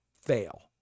fail